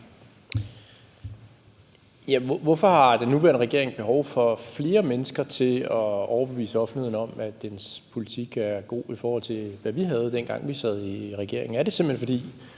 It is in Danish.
Hvorfor har den nuværende regering behov for flere mennesker til at overbevise offentligheden om, at dens politik er god, i forhold til hvad vi havde, dengang vi sad i regering?